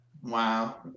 Wow